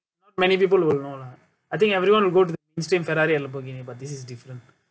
not many people will know lah I think everyone would to go to the Ferrari and Lamborghini but this is different